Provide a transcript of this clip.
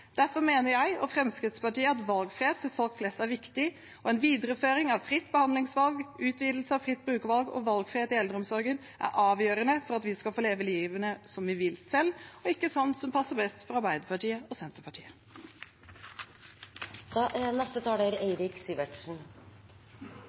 Derfor mener jeg og Fremskrittspartiet at valgfrihet til folk flest er viktig, og en videreføring av fritt behandlingsvalg, utvidelse av fritt brukervalg og valgfrihet i eldreomsorgen er avgjørende for at vi skal få leve livet som vi vil selv, og ikke sånn som passer best for Arbeiderpartiet og Senterpartiet. I Norge bor det folk overalt – heldigvis. Vi er